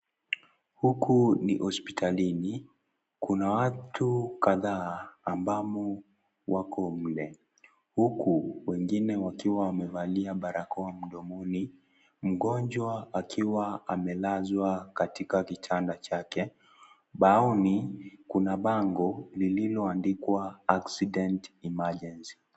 Huku ni hospitalini, kuna watu kadhaa ambamo wako mle, huku wengine wakiwa wamevalia barakoa mdomoni, mgonjwa akiwa amelazwa katika kitanda chake. Baoni, kuna bango lililoandikwa accident emergency .